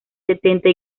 setenta